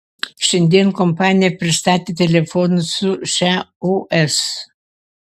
šiandien kompanija pristatė telefonus su šia os